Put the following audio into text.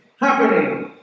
happening